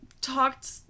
talked